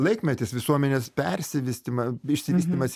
laikmetis visuomenės persivystyma išsivystymas